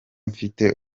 mfite